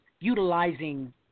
utilizing –